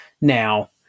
now